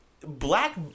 black